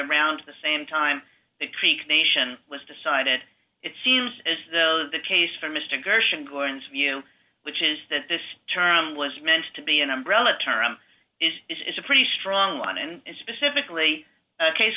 around the same time that creek nation was decided it seems as though the case for mr gershon gordon's view which is that this term was meant to be an umbrella term is a pretty strong one and specifically a case